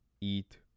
eat